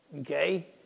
Okay